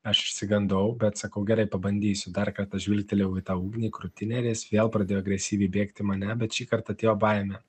aš išsigandau bet sakau gerai pabandysiu dar kartą žvilgtelėjau į tą ugnį krūtinėj ir jis vėl pradėjo agresyviai bėgti į mane bet šį kartą atėjo baimė